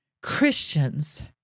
Christians